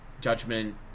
Judgment